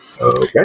okay